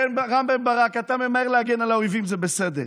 רם בן ברק, אתה ממהר להגן על האויבים, זה בסדר.